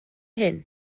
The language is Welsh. hyn